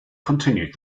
continued